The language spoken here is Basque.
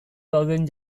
dauden